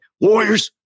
warriors